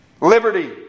liberty